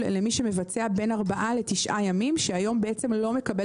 למי שמבצע בין ארבעה לתעשה ימים והיום הוא לא מקבל